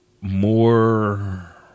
more